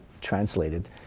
translated